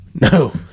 No